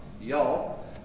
y'all